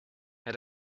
had